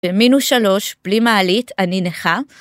במינוס שלוש, בלי מעלית, אני נכה.